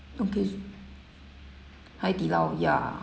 okay s~ Haidilao ya